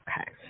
Okay